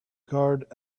guard